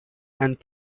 and